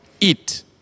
eat